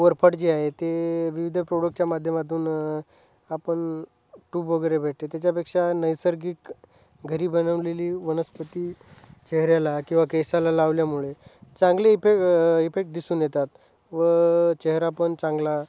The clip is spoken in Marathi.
कोरफड जे आहे ते विविध प्रोडक्टच्या माध्यमातून आपण ट्यूब वगैरे भेटते त्याच्यापेक्षा नैसर्गिक घरी बनवलेली वनस्पती चेहऱ्याला किंवा केसाला लावल्यामुळे चांगले इफे इफेक्ट दिसून येतात व चेहरा पण चांगला